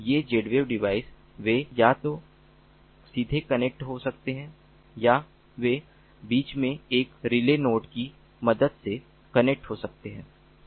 ये Zwave device वे या तो सीधे कनेक्ट हो सकते हैं या वे बीच में एक रिले नोड की मदद से कनेक्ट हो सकते हैं